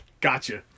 Gotcha